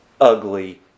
ugly